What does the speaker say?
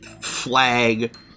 flag